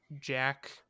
Jack